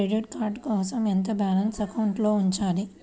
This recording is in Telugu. క్రెడిట్ కార్డ్ కోసం ఎంత బాలన్స్ అకౌంట్లో ఉంచాలి?